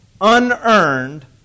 unearned